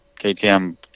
ktm